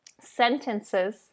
sentences